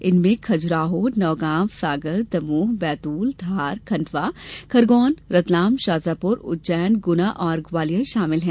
इनमें खजुराहो नौगांव सागर दमोह बैतूल धार खंडवा खरगौन रतलाम शाजापुर उज्जैन गुना और ग्वालियर शामिल है